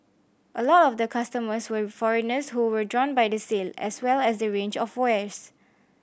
a lot of the customers were foreigners who were drawn by the sale as well as the range of wares